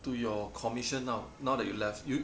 to your commission now now that you left you